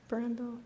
Brando